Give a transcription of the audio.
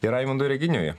ir raimondui renginiui